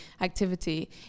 activity